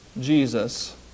Jesus